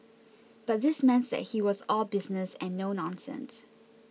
but this meant that he was all business and no nonsense